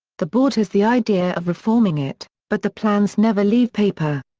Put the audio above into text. the board has the idea of reforming it, but the plans never leave paper.